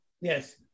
yes